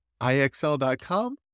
IXL.com